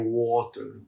water